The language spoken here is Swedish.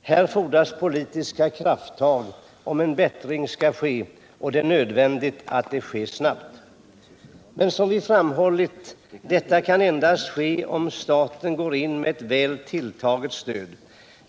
Här fordras politiska krafttag om en bättring skall kunna åstadkommas och det är nödvändigt att så sker snabbt. Men som vi framhållit: detta kan endast ske om staten går in med ett väl tilltaget stöd.